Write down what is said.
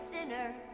thinner